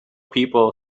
people